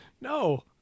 no